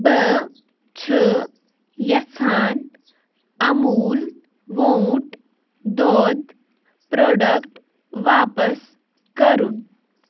بہٕ چھُ یژھان اموٗل ووٗنٛٹ دۄد پروڈکٹ واپَس کرُن